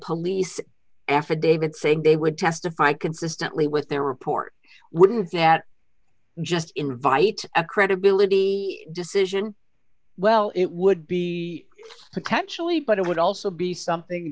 police affidavit saying they would testify consistently with their report wouldn't that just invite a credibility decision well it would be potentially but it would also be something